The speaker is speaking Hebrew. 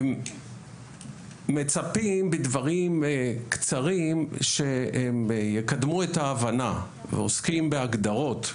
מצפים בדברים קצרים שהם יקדמו את ההבנה ועוסקים בהגדרות,